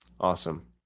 Awesome